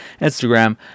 Instagram